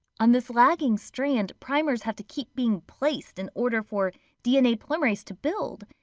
on this lagging strand, primers have to keep being placed in order for dna polymerase to build.